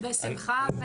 בשמחה.